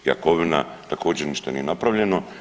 Jakovina također ništa nije napravljeno.